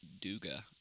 Duga